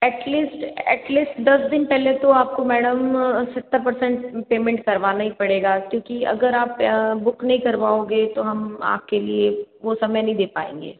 at least at least दस दिन पहले तो आपको मैडम सत्तर परसेंट पेमेंट करवाना ही पड़ेगा क्योंकि अगर आप बुक नहीं करवाओगे तो हम आपके लिए वो समय नहीं दे पाएंगे